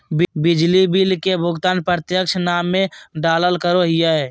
बिजली बिल के भुगतान प्रत्यक्ष नामे डालाल करो हिय